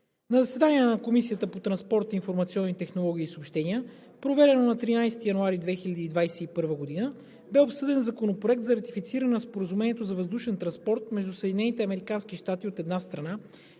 На заседание на Комисията по транспорт, информационни технологии и съобщения, проведено на 13 януари 2021 г., бе обсъден Законопроект за ратифициране на Споразумението за въздушен транспорт между Съединените